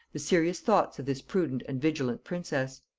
the serious thoughts of this prudent and vigilant princess.